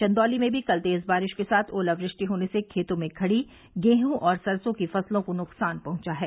चंदौली में भी कल तेज बारिश के साथ ओलावृष्टि होने से खेतों में खड़ी गेहूं और सरसों की फसलों को नुकसान पहुंचा है